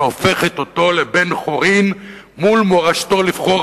שהופכת אותו לבן-חורין מול מורשתו לבחור